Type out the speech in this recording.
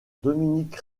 dominique